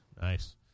Nice